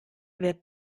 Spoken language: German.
wird